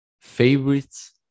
favorites